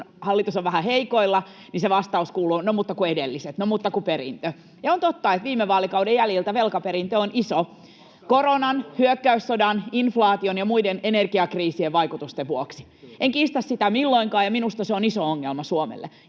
kun hallitus on vähän heikoilla, niin se vastaus kuuluu, että no mutta kun edelliset, no mutta kun perintö. On totta, että viime vaalikauden jäljiltä velkaperintö on iso koronan, hyökkäyssodan, inflaation ja energiakriisin vaikutusten vuoksi. En kiistä sitä milloinkaan, ja minusta se on iso ongelma Suomelle.